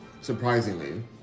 Surprisingly